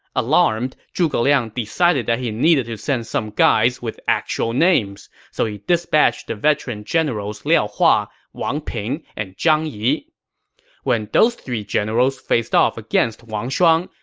alarmed, zhuge liang decided he needed to send some guys with actual names, so he dispatched the veteran generals liao hua, wang ping, and zhang yi when those three generals faced off against wang shuang,